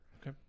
Okay